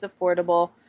affordable